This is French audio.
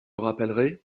rappellerez